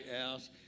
house